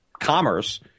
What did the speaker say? commerce